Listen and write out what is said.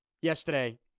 yesterday